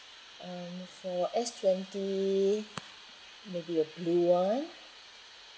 um for S twenty maybe a blue one